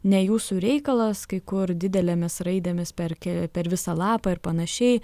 ne jūsų reikalas kai kur didelėmis raidėmis perkė per visą lapą ir panašiai